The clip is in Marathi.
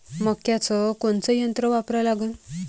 मक्याचं कोनचं यंत्र वापरा लागन?